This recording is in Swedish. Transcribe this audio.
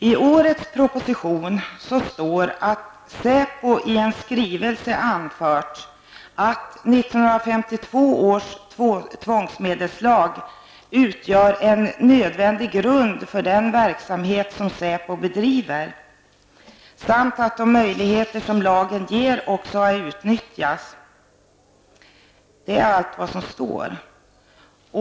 I årets proposition står att SÄPO i en skrivelse anfört att 1952 års tvångsmedelslag utgör en nödvändig grund för den verksamhet som SÄPO bedriver samt att de möjligheter som lagen ger också har utnyttjats. Det är allt vad som står.